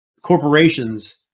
corporations